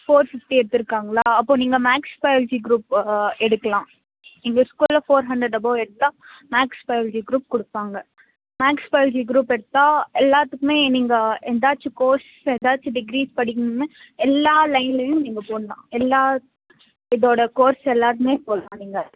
four fifty எடுத்திருக்காங்களா அப்போது நீங்கள் மேக்ஸ் பயாலஜி குரூப் எடுக்கலாம் எங்கள் ஸ்கூலில் ஃபோர் ஹண்ட்ரட் அபோவ் எடுத்தால் மேக்ஸ் பயாலஜி குரூப் கொடுப்பாங்க மேக்ஸ் பயாலஜி குரூப் எடுத்தால் எல்லோத்துக்குமே நீங்கள் ஏதாச்சும் கோர்ஸ் எதாச்சும் டிகிரிஸ் படிக்கணும்னு எல்லா லைன்லேயும் நீங்கள் போகலாம் எல்லாம் இதோட கோர்ஸ் எல்லாத்துக்குமே போடலாம் நீங்கள்